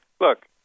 Look